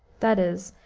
that is,